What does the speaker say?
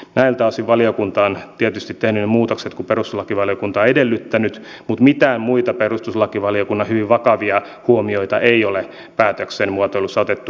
näiltä osin valiokunta on tietysti tehnyt ne muutokset jotka perustuslakivaliokunta on edellyttänyt mutta mitään muita perustuslakivaliokunnan hyvin vakavia huomioita ei ole päätöksen muotoilussa otettu huomioon